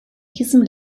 diesem